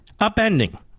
upending